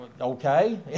okay